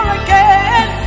again